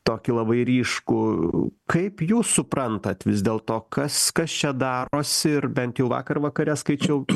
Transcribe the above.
tokį labai ryškų kaip jūs suprantat vis dėlto kas kas čia darosi ir bent jau vakar vakare skaičiau